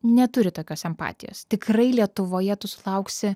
neturi tokios empatijos tikrai lietuvoje tu sulauksi